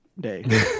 day